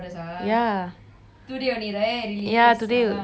ya today today twelve o'clock only they released it